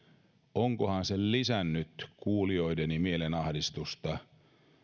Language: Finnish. onkohan se lisännyt kuulijoideni mielenahdistusta